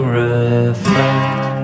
reflect